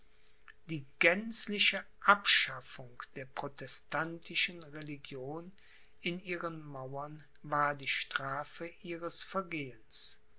die gänzliche abschaffung der protestantischen religion in ihren mauern war die strafe ihres vergehens